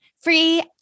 free